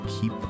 keep